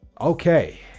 okay